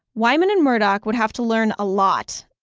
wyman and murdoch would have to learn a lot,